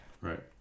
Right